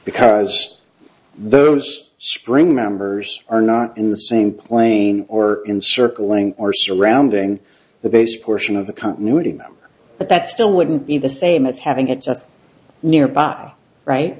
because those spring members are not in the same plane or in circling or surrounding the base portion of the continuity but that still wouldn't be the same as having it just nearby right